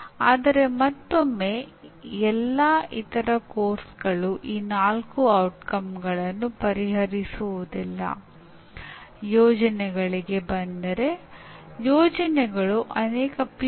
ಏಕೆಂದರೆ ವಿದ್ಯಾರ್ಥಿಯು ಮುಖ್ಯವಾದುದು ಎಂದು ಪರಿಗಣಿಸುವ ವಿಷಯದಲ್ಲಿ ಸಮಯವನ್ನು ಕಳೆಯುತ್ತಾನೆ